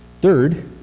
Third